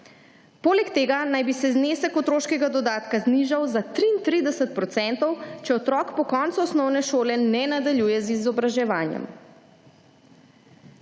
Poleg tega naj bi se znesek otroškega dodatka znižal za 33 %, če otrok po koncu osnovne šole ne nadaljuje z izobraževanjem.